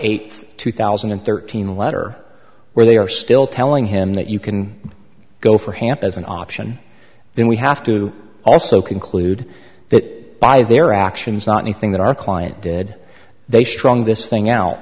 eighth two thousand and thirteen letter where they are still telling him that you can go for hamp as an option then we have to also conclude that by their actions not anything that our client did they strung this thing out